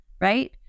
right